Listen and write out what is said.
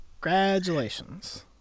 Congratulations